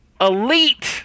elite